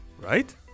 right